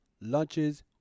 lunches